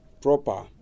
proper